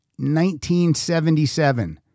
1977